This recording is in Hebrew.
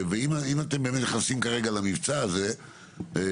אם אתם נכנסים כרגע למבצע הזה,